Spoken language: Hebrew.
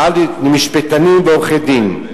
ועד למשפטנים ועורכי-דין.